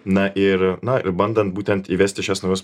na ir na ir bandant būtent įvesti šiuos naujus